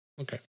okay